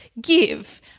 give